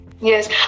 Yes